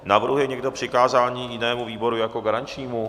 Navrhuje někdo přikázání jinému výboru jako garančnímu?